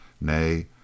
Nay